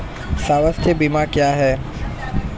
स्वास्थ्य बीमा क्या है?